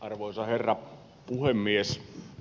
arvoisa herra puhemies